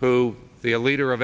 who the leader of